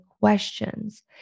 questions